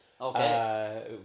Okay